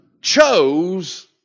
chose